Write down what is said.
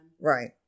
Right